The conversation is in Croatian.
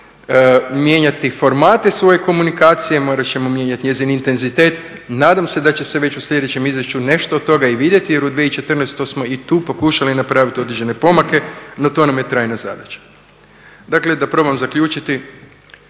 mijenjati formate svoje komunikacije, morat ćemo mijenjat njezin intenzitet. Nadam se da će se već u sljedećem izvješću nešto od toga vidjeti, jer u 2014. smo i tu pokušali napravit određene pomake, no to nam je trajna zadaća. Dakle da probam zaključiti.